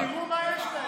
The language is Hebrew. תראו מה יש להם.